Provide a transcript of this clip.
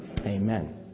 amen